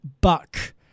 Buck